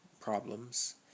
problems